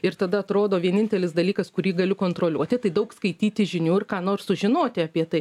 ir tada atrodo vienintelis dalykas kurį galiu kontroliuoti tai daug skaityti žinių ir ką nors sužinoti apie tai